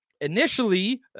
Initially